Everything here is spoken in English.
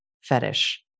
fetish